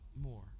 more